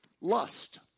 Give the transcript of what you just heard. lust